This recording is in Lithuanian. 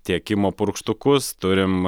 tiekimo purkštukus turim